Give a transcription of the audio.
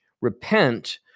repent